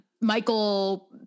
Michael